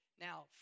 Now